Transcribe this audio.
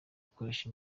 gukoresha